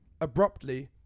abruptly